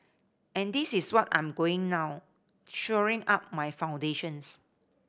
and this is what I'm going now shoring up my foundations